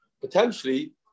Potentially